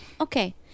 Okay